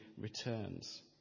returns